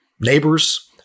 neighbors